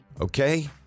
okay